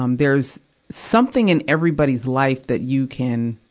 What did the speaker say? um there's something in everybody's life that you can,